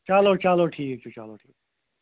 چلو چلو ٹھیٖک چھُ چلو ٹھیٖک